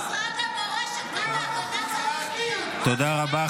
משרד המורשת, תודה רבה.